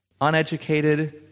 uneducated